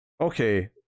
okay